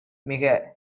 மிக